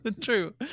true